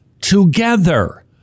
together